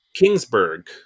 Kingsburg